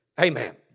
Amen